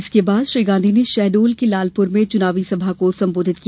इसके बाद श्री गांधी ने शहडोल के लालपुर में चुनावी सभा को संबोधित किया